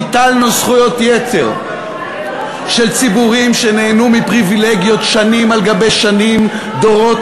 ביטלנו זכויות יתר של ציבורים שנהנו מפריבילגיות שנים על גבי שנים,